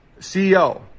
CEO